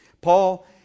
Paul